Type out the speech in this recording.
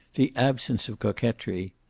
the absence of coquetry.